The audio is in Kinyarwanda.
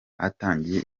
hatangiye